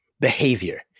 behavior